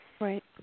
Right